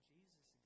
Jesus